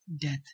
death